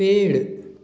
पेड़